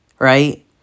right